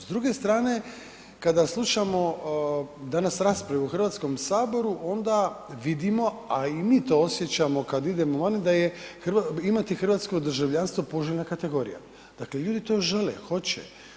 S druge strane, kada slušamo danas rasprave u HS-u, onda vidimo, a i mi to osjećamo kad idemo vani, da je imati hrvatsko državljanstvo poželjna kategorija, dakle ljudi to žele, hoće.